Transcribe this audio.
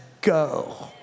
go